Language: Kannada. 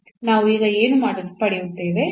ನಾವು ಈಗ ಏನು ಪಡೆಯುತ್ತೇವೆ